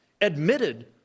admitted